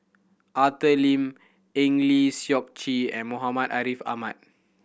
Arthur Lim Eng Lee Seok Chee and Muhammad Ariff Ahmad